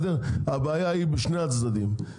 הבעיה היא בשני הצדדים.